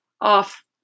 off